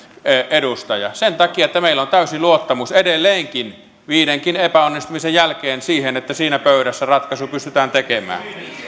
edustaja sen takia että meillä on täysi luottamus edelleenkin viidenkin epäonnistumisen jälkeen siihen että siinä pöydässä ratkaisu pystytään tekemään